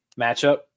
matchup